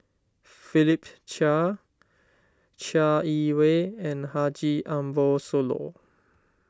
Philip Chia Chai Yee Wei and Haji Ambo Sooloh